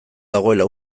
dagoela